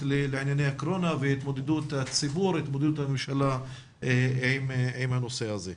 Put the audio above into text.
לענייני הקורונה והתמודדות הציבור והתמודדות הממשלה עם הנושא הזה.